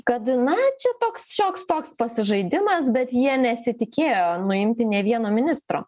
kad na čia toks šioks toks pasižaidimas bet jie nesitikėjo nuimti nė vieno ministro